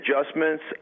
adjustments